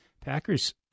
Packers